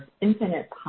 infinite